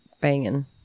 banging